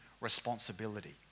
responsibility